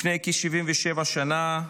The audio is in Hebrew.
לפני כ-77 שנים,